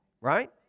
right